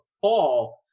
fall